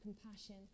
compassion